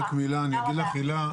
הילה,